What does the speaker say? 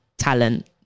talent